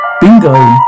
Bingo